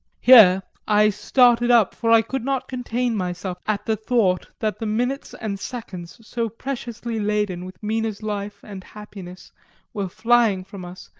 here i started up for i could not contain myself at the thought that the minutes and seconds so preciously laden with mina's life and happiness were flying from us,